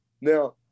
Now